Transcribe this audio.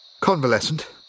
Convalescent